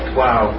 wow